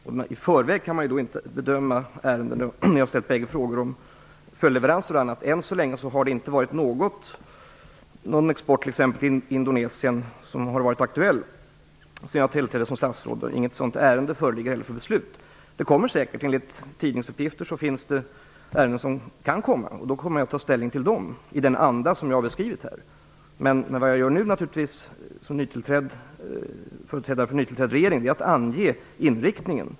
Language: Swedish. Man kan inte bedöma ärenden i förväg. Både Eva Zetterberg och Jan Jennehag har ställt frågor om följdleveranser. Än så länge har inte någon export till Indonesien varit aktuell sedan jag tillträdde som statsråd. Det föreligger inte heller något sådant ärende för beslut. Enligt tidningsuppgifter kan ärenden komma upp, och då tar jag ställning till dem, i den anda som jag har beskrivit. Vad jag gör nu, som företrädare för en nytillträdd regering, är att ange inriktningen.